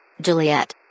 Juliet